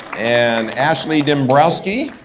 and ashley dembroski,